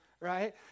right